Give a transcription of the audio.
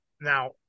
now